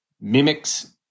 mimics